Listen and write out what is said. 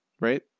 right